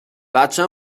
بچه